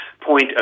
point